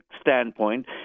standpoint